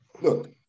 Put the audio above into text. Look